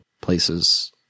places